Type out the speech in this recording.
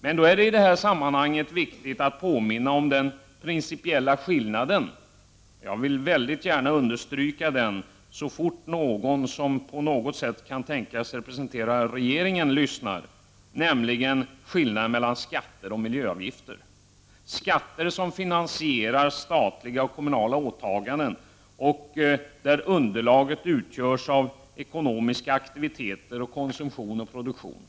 Men då är det viktigt att i detta sammanhang påminna om den principiella skillnaden — jag vill väldigt gärna understryka denna så fort någon lyssnar som kan tänkas representera regeringen — mellan skatter och miljöavgifter. Det gäller då skatter som finansierar statliga och kommunala åtaganden. Underlaget utgörs av ekonomiska aktiviteter, konsumtion och produktion.